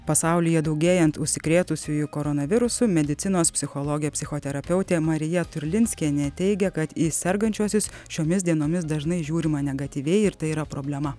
pasaulyje daugėjant užsikrėtusiųjų koronavirusu medicinos psichologė psichoterapeutė marija turlinskienė teigia kad į sergančiuosius šiomis dienomis dažnai žiūrima negatyviai ir tai yra problema